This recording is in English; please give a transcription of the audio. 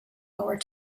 lower